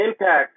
impact